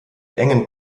engen